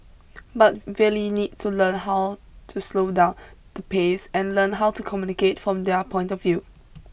but really need to learn how to slow down the pace and learn how to communicate from their point of view